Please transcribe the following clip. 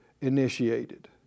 initiated